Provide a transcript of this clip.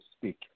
speak